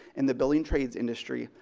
in the build and trades industry,